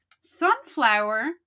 Sunflower